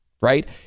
right